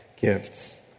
gifts